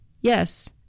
Yes